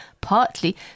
partly